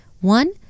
One